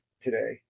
today